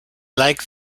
like